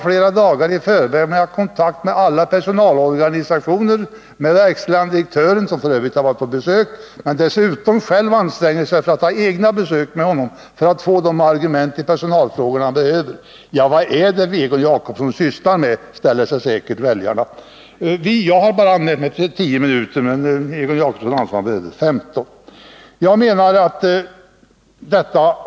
Flera dagar i förväg har han ägnat tid åt att kontakta alla personalorganisationer och besöka verkställande direktören för Systembolaget, trots att denne har varit på besök i utskottet, för att få de argument i personalfrågorna som han behöver. Väljarna undrar säkert: Vad sysslar Egon Jacobsson med? Jag har bara anmält mig för ett anförande på 10 minuter, men Egon Jacobsson har alltså anmält sig för 15 minuter.